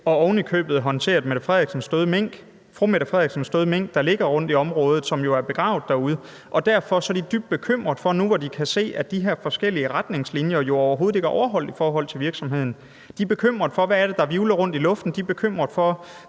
og ovenikøbet håndteret statsministerens døde mink, der ligger rundt i området, og som jo er begravet derude. Derfor er de dybt bekymret nu, hvor de kan se, at de her forskellige retningslinjer jo overhovedet ikke er overholdt i forhold til virksomheden. De er bekymret for, hvad det er, der hvirvler rundt i luften. De er bekymret for,